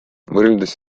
võrreldes